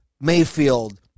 Mayfield